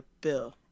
bill